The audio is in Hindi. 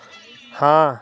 हाँ